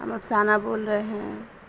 ہم افسانہ بول رہے ہیں